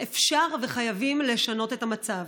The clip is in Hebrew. ואפשר וחייבים לשנות את המצב.